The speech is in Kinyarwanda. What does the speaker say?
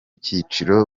cyiciro